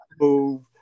move